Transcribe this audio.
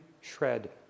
shred